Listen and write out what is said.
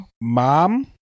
mom